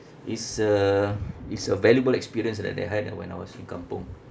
is a is a valuable experience that that I had uh when I was in kampung